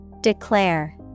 Declare